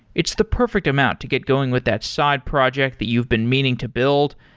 it's the perfect amount to get going with that side project that you've been meaning to build.